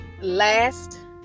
last